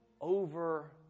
over